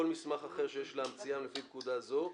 מסמך אחר שיש להמציאם לפי פקודה זו,